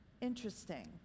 Interesting